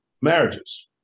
marriages